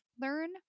learn